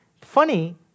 funny